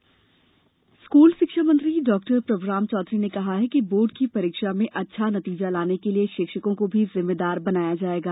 परीक्षा स्कूल शिक्षा मंत्री प्रभुराम चौधरी ने कहा है कि बोर्ड की परीक्षा में अच्छा नतीजा लाने के लिए शिक्षकों को भी जिम्मेदार बनाया जायेगा